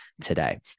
today